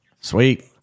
Sweet